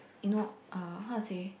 you know uh how to say